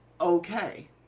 okay